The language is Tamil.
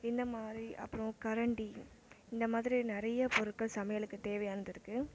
இந்த மாதிரி அப்புறம் கரண்டி இந்த மாதிரி நிறைய பொருட்கள் சமையலுக்கு தேவையானது இருக்குது